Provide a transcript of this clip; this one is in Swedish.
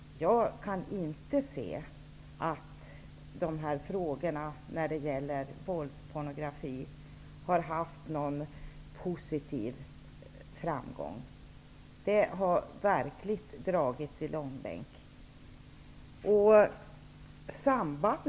Jag kan inte se att bekämpningen av våldspornografi har haft någon framgång. Den har verkligen dragits i långbänk.